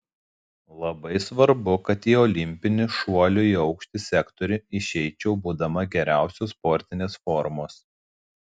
labai svarbu kad į olimpinį šuolių į aukštį sektorių išeičiau būdama geriausios sportinės formos